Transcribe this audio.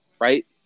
right